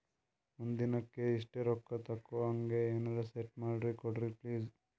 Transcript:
ಒಂದಿನಕ್ಕ ಇಷ್ಟೇ ರೊಕ್ಕ ತಕ್ಕೊಹಂಗ ಎನೆರೆ ಸೆಟ್ ಮಾಡಕೋಡ್ರಿ ಪ್ಲೀಜ್?